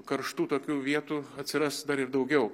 karštų tokių vietų atsiras dar ir daugiau